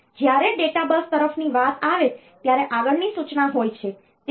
તેથી જ્યારે data bus બફરની વાત આવે ત્યારે આગળની સૂચના હોય છે